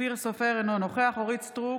אופיר סופר, אינו נוכח אורית מלכה סטרוק,